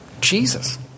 Jesus